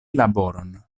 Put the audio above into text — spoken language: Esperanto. laboron